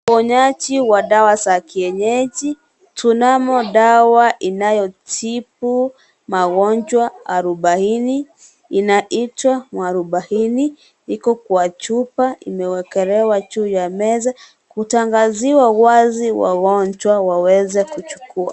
Uponyaji wa dawa za kienyeji. Tunamo dawa inayotibu magonjwa arubaini, inaitwa Mwarubaini. Iko kwa chupa imewekelewa juu ya meza kutangaziwa wazi wagonjwa waweze kuchukua.